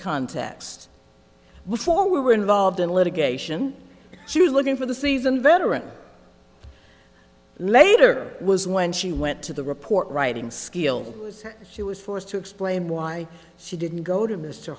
context before we were involved in litigation she was looking for the seasoned veteran later was when she went to the report writing skills she was forced to explain why she didn't go to mr